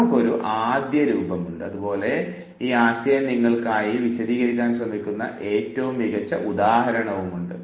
നമുക്ക് ഒരു ആദ്യരൂപവുമുണ്ട് അതുപോലെ ഈ ആശയം നിങ്ങൾക്കായി വിശദീകരിക്കാൻ ശ്രമിക്കുന്ന ഏറ്റവും മികച്ച ഉദാഹരണവുമുണ്ട്